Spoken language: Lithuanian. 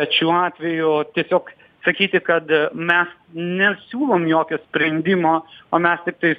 bet šiuo atveju tiesiog sakyti kad mes nesiūlom jokio sprendimo o mes tiktais